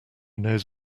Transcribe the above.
knows